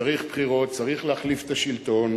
צריך בחירות, צריך להחליף את השלטון